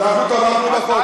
אנחנו תמכנו בחוק.